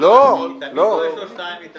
כי תמיד יש לו שניים יתרון.